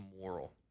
moral